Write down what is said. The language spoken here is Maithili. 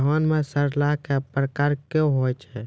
धान म सड़ना कै प्रकार के होय छै?